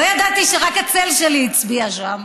לא ידעתי שרק הצל שלי הצביע שם.